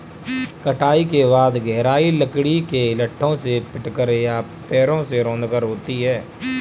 कटाई के बाद गहराई लकड़ी के लट्ठों से पीटकर या पैरों से रौंदकर होती है